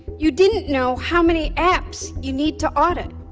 you didn't know how many apps you need to audit.